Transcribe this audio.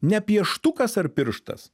ne pieštukas ar pirštas